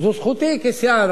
וזו זכותי כסיעה.